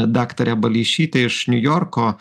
daktarę baleišytę iš niujorko